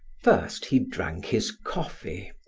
first he drank his coffee,